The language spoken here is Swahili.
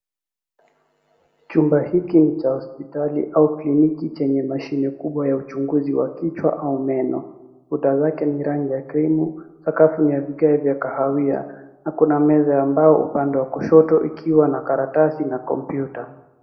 Chumba hiki ni cha hospitali au kliniki chenye mashine kubwa ya uchunguzi wa kichwa au meno. Kuta zake ni rangi ya krimu, sakafu ni ya vigae vya kahawia, na kuna meza ya mbao upande wa kushoto ikiwa na karatasi na kompyuta.